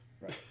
right